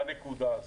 בנקודה הזאת.